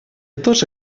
тоже